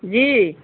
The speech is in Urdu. جی